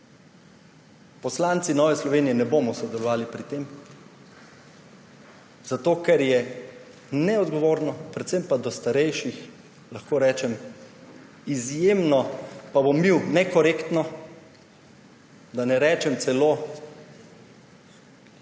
Poslanci Nove Slovenije ne bomo sodelovali pri tem, zato ker je neodgovorno, predvsem pa do starejših izjemno, pa bom mil, nekorektno, da ne rečem celo